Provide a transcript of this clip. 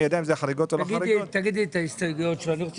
אני יודע אם זה חריגות או לא חריגות?